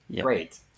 great